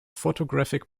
photographic